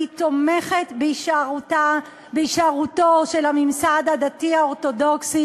אני תומכת בהישארותו של הממסד הדתי האורתודוקסי